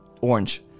orange